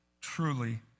truly